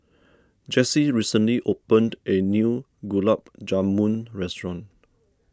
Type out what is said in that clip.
Jesse recently opened a new Gulab Jamun restaurant